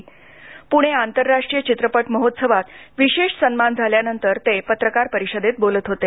प्णे आंतरराष्ट्रीय चित्रपट महोत्सवात विशेष सन्मान झाल्यानंतर ते पत्रकार परिषदेत बोलत होते